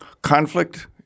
conflict